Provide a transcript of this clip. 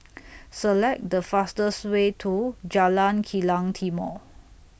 Select The fastest Way to Jalan Kilang Timor